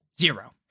Zero